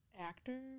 actor